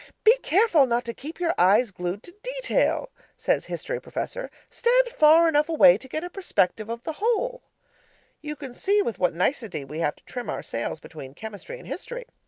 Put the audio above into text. be careful not to keep your eyes glued to detail says history professor. stand far enough away to get a perspective of the whole you can see with what nicety we have to trim our sails between chemistry and history.